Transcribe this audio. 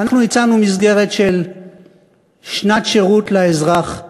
אנחנו הצענו מסגרת של שנת שירות לאזרח הוותיק.